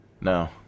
No